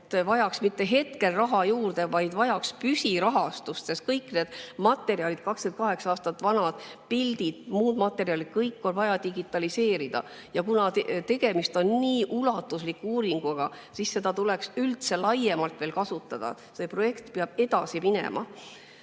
juurde mitte [ainult] praegu, vaid vajaks püsirahastust, sest kõik need materjalid – 28 aastat vanad pildid, muud materjalid – on vaja digitaliseerida. Ja kuna tegemist on nii ulatusliku uuringuga, siis seda tuleks veel laiemalt kasutada. See projekt peab edasi minema.